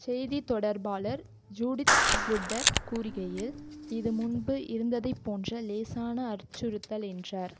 செய்தி தொடர்பாளர் Judith Sluiter கூறுகையில் இது முன்பு இருந்ததைப் போன்ற லேசான அச்சுறுத்தல் என்றார்